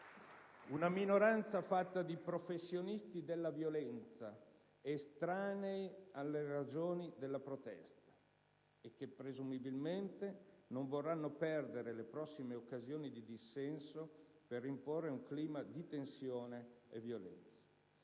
Una minoranza fatta di professionisti della violenza, estranei alle ragioni della protesta e che presumibilmente non vorranno perdere le prossime occasioni di dissenso per imporre un clima di tensione e violenza.